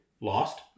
lost